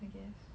I guess